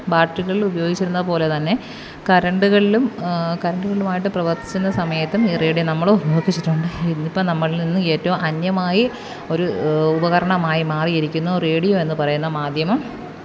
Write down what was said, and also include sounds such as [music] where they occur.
ബാട്രികളില് ഉപയോഗിച്ചിരുന്ന പോലെ തന്നെ കരണ്ട്കളിലും കരണ്ട്കളിലുമായിട്ട് പ്രവര്ത്തിച്ചിരുന്ന സമയത്തും ഈ റേഡിയോ നമ്മൾ [unintelligible] രീതീലിപ്പം നമ്മളില് നിന്ന് ഏറ്റോം അന്യമായി ഒരു ഉപകരണമായി മാറിയിരിക്കുന്നു റേഡിയോയെന്ന് പറയുന്ന മാധ്യമം